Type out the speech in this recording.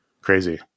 crazy